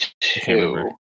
two